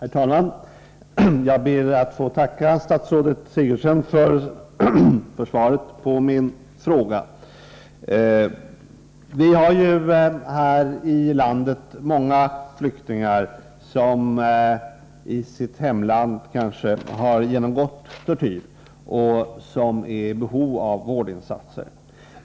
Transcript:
Herr talman! Jag ber att få tacka statsrådet Sigurdsen för svaret på min fråga. Vi har ju här i landet många flyktingar som i sitt hemland kanske har genomgått tortyr och som är i behov av vårdinsatser.